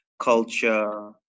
culture